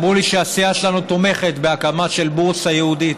אמרו לי שהסיעה שלנו תומכת בהקמה של בורסה ייעודית.